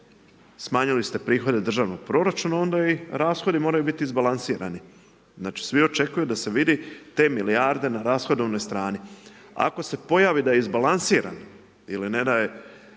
smanjili ste prihode državnog proračuna onda i rashodi moraju biti izbalansirani. Znači svi očekuju da se vidi te milijarde na rashodovnoj strani. Ako se pojavi da je izbalansirano ili ne daj